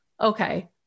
okay